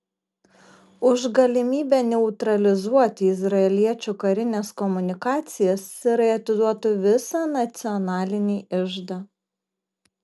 už galimybę neutralizuoti izraeliečių karines komunikacijas sirai atiduotų visą nacionalinį iždą